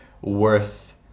worth